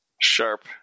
sharp